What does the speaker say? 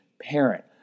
parent